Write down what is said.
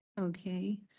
Okay